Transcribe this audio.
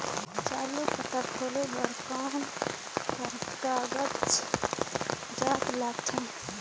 चालू खाता खोले बर कौन का कागजात लगथे?